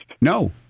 No